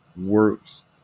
works